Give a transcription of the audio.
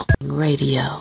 Radio